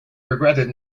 regretted